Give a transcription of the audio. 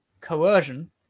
coercion